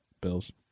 Bills